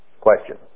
Question